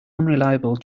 unreliable